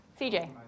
CJ